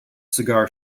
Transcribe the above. cigar